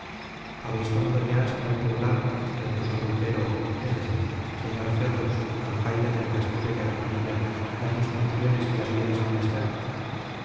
habéis tomado ya señor juglar repuso rui pero es decir señor ferrus alcaide del castillo de arjonilla las instrucciones que habíais